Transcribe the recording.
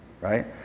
Right